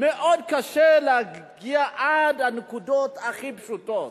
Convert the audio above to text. מאוד קשה להגיע עד הנקודות הכי פשוטות.